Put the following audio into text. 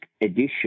edition